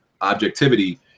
objectivity